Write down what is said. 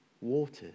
waters